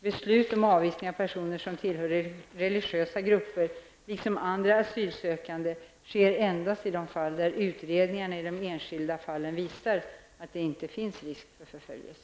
Beslut om avvisning av personer som tillhör religiösa grupper -- liksom av andra asylsökande -- sker endast i de fall där utredningen i de enskilda fallen visar att det inte finns risk för förföljelse.